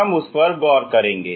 हम उस पर गौर करेंगे